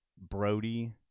Brody